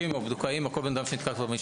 פושעים או מעוכבים או כל בן אדם שנתקל במשטרה.